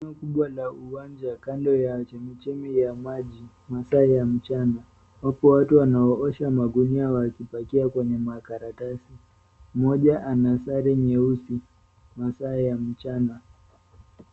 Eneo kubwa la uwanja kando ya chemichemi ya maji. Masaa ya mchana. Wapo watu wanaoosha magunia wakipakia kwenye makaratasi. Mmoja ana sare nyeusi. Masaa ya mchana.